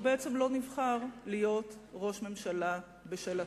הוא בעצם לא נבחר להיות ראש ממשלה בשל עצמו.